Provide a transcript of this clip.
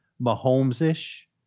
Mahomes-ish